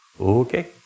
Okay